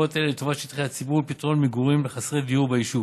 קרקעות אלה לטובת שטחי ציבור ולפתרונות מגורים לחסרי דיור ביישוב.